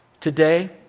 Today